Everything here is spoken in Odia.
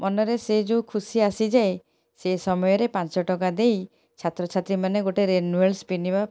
ମନରେ ସେ ଯେଉଁ ଖୁସି ଆସିଯାଏ ସେ ସମୟରେ ପାଞ୍ଚ ଟଙ୍କା ଦେଇ ଛାତ୍ରଛାତ୍ରୀ ମାନେ ଗୋଟେ ରେନୁଏଳସ ପିନିବା